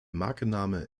markenname